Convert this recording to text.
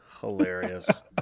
Hilarious